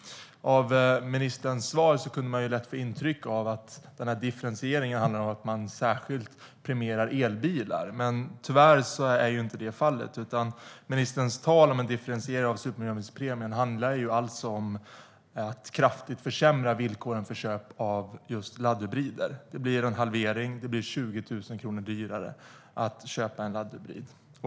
Av ministerns svar kunde man lätt få intryck av att denna differentiering handlar om att man särskilt premierar elbilar. Men tyvärr är det inte fallet. Ministerns tal om en differentiering av supermiljöbilspremien handlar alltså om att kraftigt försämra villkoren för köp av just laddhybrider. Det blir en halvering av supermiljöbilspremien, och det blir 20 000 kronor dyrare att köpa en laddhybrid.